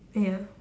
ya